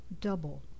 double